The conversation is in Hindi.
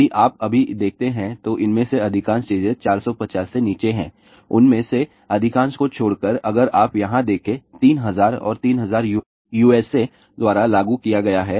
यदि आप अभी देखते हैं तो इनमें से अधिकांश चीजें 450 से नीचे हैं उनमें से अधिकांश को छोड़कर अगर आप यहां देखें 3000 और 3000 USA द्वारा लागू किया गया है